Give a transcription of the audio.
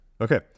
Okay